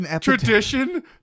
tradition